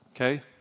okay